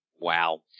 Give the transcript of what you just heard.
Wow